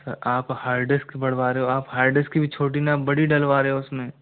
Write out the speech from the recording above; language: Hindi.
आप हार्ड डिस्क बढ़वा रहे हो आप हार्ड डिस्क की छोटी ना आप बड़ी डलवा रहे हो उसमें